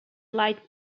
line